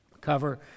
cover